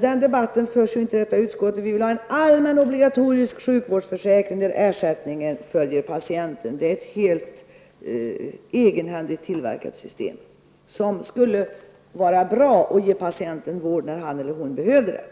Den debatten förs ju inte i vårt utskott. Vi vill ha en allmän obligatorisk sjukvårdsförsäkring där ersättningen följer patienten. Det är ett helt egenhändigt tillverkat system, som skulle vara bra och ge patienten vård när han eller hon behöver det.